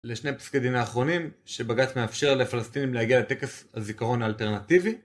לשני פסקי דין האחרונים שבג"ץ מאפשר לפלסטינים להגיע לטקס הזיכרון האלטרנטיבי